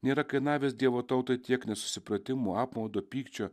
nėra kainavęs dievo tautai tiek nesusipratimų apmaudo pykčio